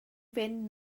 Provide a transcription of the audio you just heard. fynd